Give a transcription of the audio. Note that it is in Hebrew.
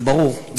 זה ברור.